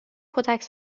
کتک